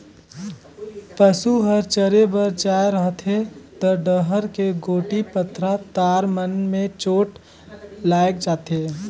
पसू हर चरे बर जाये रहथे त डहर के गोटी, पथरा, तार मन में चोट लायग जाथे